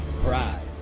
Pride